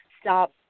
stop